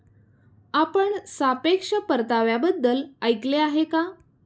आपण सापेक्ष परताव्याबद्दल ऐकले आहे का?